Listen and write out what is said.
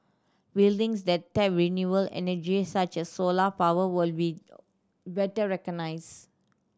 buildings that tap renewable energy such as solar power will be better recognised